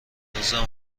هنوزم